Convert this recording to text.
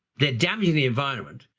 they're damaging the environment,